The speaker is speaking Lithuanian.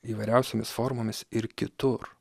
įvairiausiomis formomis ir kitur